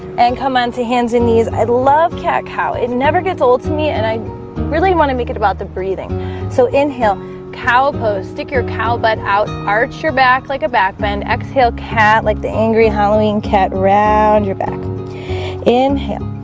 and come onto hands and knees i love cat cow it never gets old to me and i really want to make it about the breathing so inhale cow pose stick your cow butt out arch your back like a backbend exhale cat like the angry halloween cat round your back in him